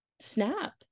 snap